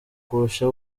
kurusha